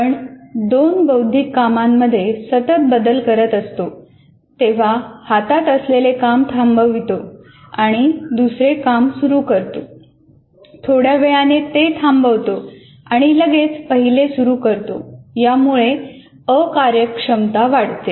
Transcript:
आपण दोन बौद्धिक कामांमध्ये सतत बदल करत असतो तेव्हा हातात असलेले काम थांबवतो आणि दुसरे सुरू करतो थोड्या वेळाने ते थांबवतो आणि लगेच पहिले सुरू करतो यामुळे अकार्यक्षमता वाढते